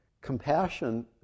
Compassion